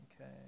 Okay